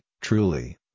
Truly